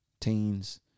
Teens